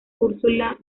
ursula